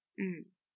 mmhmm